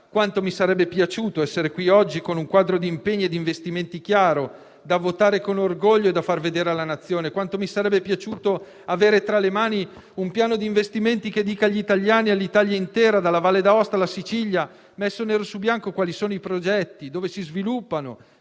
quanto mi sarebbe piaciuto essere qui oggi con un quadro di impegni e di investimenti chiaro, da votare con orgoglio, da far vedere alla Nazione. Quanto mi sarebbe piaciuto avere tra le mani un piano di investimenti che dicesse nero su bianco agli italiani, all'Italia intera, dalla Valle d'Aosta alla Sicilia, quali sono i progetti, dove si sviluppano,